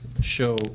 show